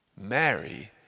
Mary